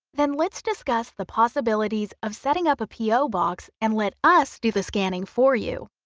then let's discuss the possibilities of setting up a po box and let us do the scanning for you.